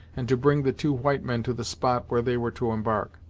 and to bring the two white men to the spot where they were to embark.